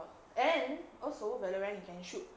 and also valorant you can shoot